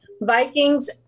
Vikings